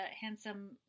handsome